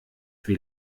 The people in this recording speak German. wie